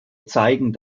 zeigen